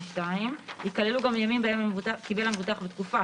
ו-(2) ייכללו גם ימים בהם קיבל המבוטח בתקופה